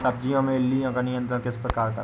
सब्जियों में इल्लियो का नियंत्रण किस प्रकार करें?